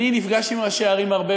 אני נפגש עם ראשי ערים הרבה,